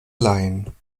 laien